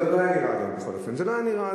זה לא היה נראה,